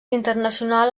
internacional